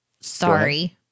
sorry